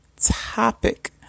topic